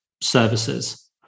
services